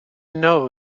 know